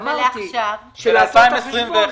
אמרתי ב-2021,